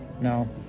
No